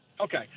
Okay